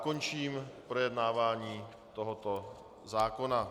Končím projednávání tohoto zákona.